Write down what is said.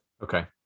okay